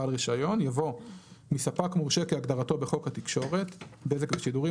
בעל רישיון)" יבוא "מספק מורשה כהגדרתו בחוק התקשורת (בזק ושידורים),